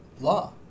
law